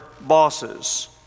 bosses